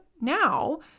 now